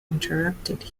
interrupted